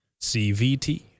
CVT